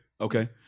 Okay